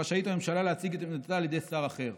רשאית הממשלה להציג את עמדתה על ידי שר אחר".